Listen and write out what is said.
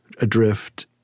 adrift